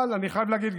אבל אני חייב להגיד,